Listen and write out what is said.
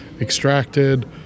extracted